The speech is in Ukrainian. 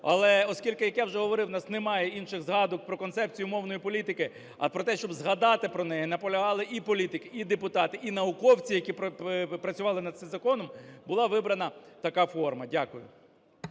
Але оскільки, як я вже говорив, у нас немає інших згадок про Концепцію мовної політики, а про те, щоб згадати про неї, наполягали і політики, і депутати, і науковці, які працювали над цим законом, була вибрана така форма. Дякую.